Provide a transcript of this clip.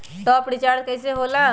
Top up recharge कइसे होएला?